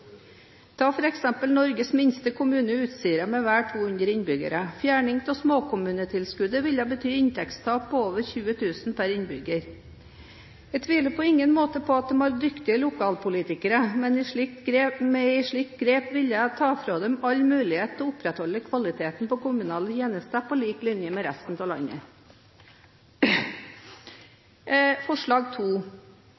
Norges minste kommune, Utsira, med vel 200 innbyggere, ville fjerning av småkommunetilskuddet bety et inntektstap på over 20 000 kr per innbygger. Jeg tviler på ingen måte på at de har dyktige lokalpolitikere, men et slikt grep ville ta fra dem all mulighet til å opprettholde kvaliteten på kommunale tjenester på linje med resten av landet.